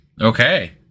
Okay